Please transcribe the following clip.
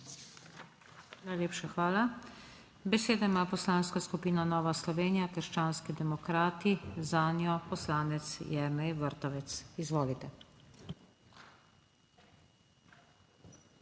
Najlepša hvala. Besedo ima Poslanska skupina Nova Slovenija - krščanski demokrati, zanjo poslanec Jernej Vrtovec. Izvolite.